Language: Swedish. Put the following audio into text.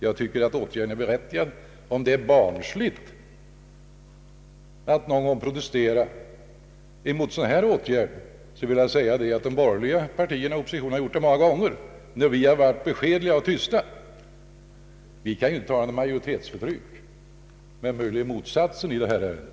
Jag tycker att min åtgärd är berättigad. Om det är barnsligt att någon gång protestera mot sådana här åtgärder vill jag säga att de borgerliga partierna har gjort det många gånger, när vi har varit beskedliga och tysta. Det är inte fråga om något majoritetsförtryck utan möjligen om motsatsen i det här ärendet.